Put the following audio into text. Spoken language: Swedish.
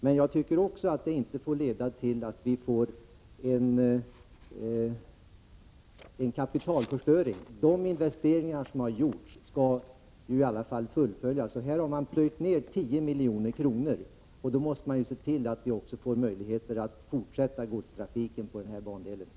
Men detta får inte leda till kapitalförstöring. De investeringar som har gjorts skall ju i alla fall fullföljas. Här har man plöjt ner 10 milj.kr. Då måste man se till att vi också får möjligheter att fortsätta godstrafiken på bandelen Lesjöfors Kristinehamn.